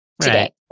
today